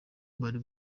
bari